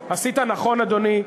אדוני,